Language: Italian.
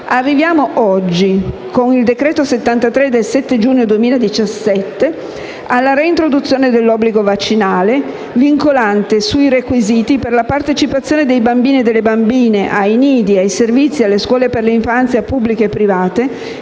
Pertanto, con il decreto-legge n. 73 del 7 giugno 2017, arriviamo oggi alla reintroduzione dell'obbligo vaccinale, vincolante sui requisiti per la partecipazione dei bambini e delle bambine ai nidi, ai servizi e scuole per l'infanzia pubbliche e private